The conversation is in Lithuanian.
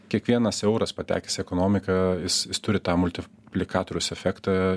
kiekvienas euras patekęs į ekonomiką jis jis turi tą multiplikatoriaus efektą